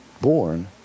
born